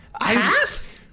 Half